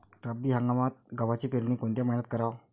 रब्बी हंगामात गव्हाची पेरनी कोनत्या मईन्यात कराव?